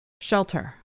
shelter